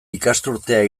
ikasturtea